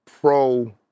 pro